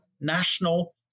national